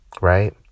Right